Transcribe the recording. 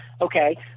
okay